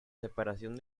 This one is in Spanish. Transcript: separación